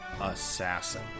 assassin